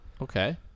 okay